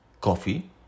coffee